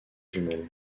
jumelles